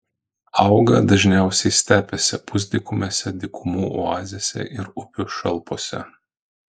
auga dažniausiai stepėse pusdykumėse dykumų oazėse ir upių šalpose